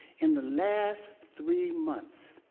in the last three months,